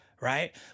right